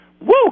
Woo